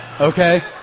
okay